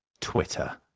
Twitter